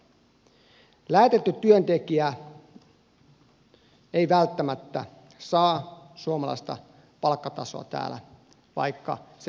lähetetty työntekijä ei välttämättä saa suomalaista palkkatasoa täällä vaikka se työsopimuksessa lukee